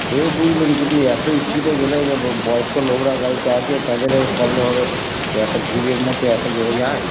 সে বুঝলাম কিন্তু এত স্পিডে গেলে বয়স্ক লোকরা গাড়িতে আছে তাদের প্রবলেম হবে এত ভিড়ের মধ্যে এত জোরে যায়